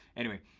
anyway.